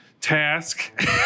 task